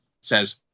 says